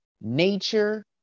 nature